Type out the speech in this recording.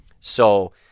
So-